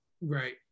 Right